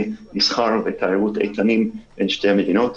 מסחר ותיירות איתנים בין שתי המדינות.